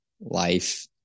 life